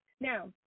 Now